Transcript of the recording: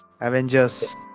Avengers